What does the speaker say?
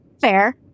Fair